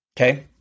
okay